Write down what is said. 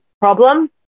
problem